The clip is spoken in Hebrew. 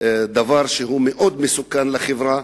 דבר שהוא מאוד מסוכן לחברה,